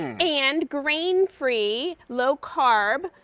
and and grain free. low carb.